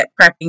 prepping